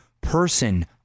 person